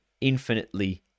infinitely